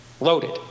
Loaded